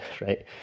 right